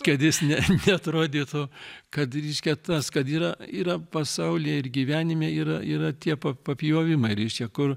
kad jis ne neatrodytų kad reiškia tas kad yra yra pasaulyje ir gyvenime yra yra tiek pa papjovimai reišia kur